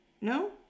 No